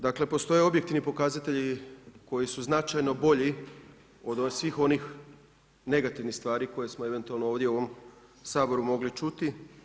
Dakle, postoje objektivni pokazatelji koji su značajno bolji od svih onih negativnih stvari koje smo eventualno ovdje u ovom Saboru mogli čuti.